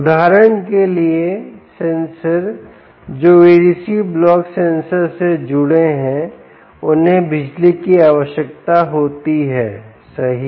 उदाहरण के लिए सेंसर सेंसर जो एडीसी ब्लॉक सेंसर से जुड़े हैं उन्हें बिजली की आवश्यकता होती है सही